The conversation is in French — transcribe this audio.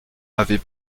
avait